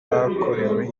bakorewe